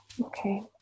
Okay